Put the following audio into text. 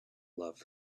love